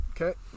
Okay